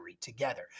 together